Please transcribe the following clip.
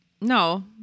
No